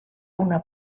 una